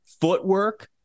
footwork